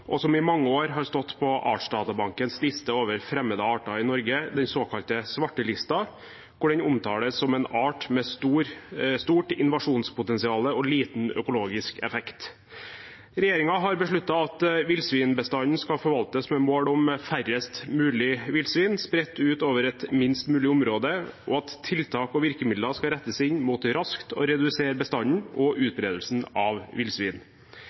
og villsvin har i mange år har stått på Artsdatabankens liste over fremmede arter i Norge – den såkalte svartelisten – hvor den omtales som en art med stort invasjonspotensial og liten økologisk effekt. Regjeringen har besluttet at villsvinbestanden skal forvaltes med mål om færrest mulig villsvin spredt utover et minst mulig område, og at tiltak og virkemidler skal rettes inn mot raskt å redusere bestanden og utbredelsen av villsvin.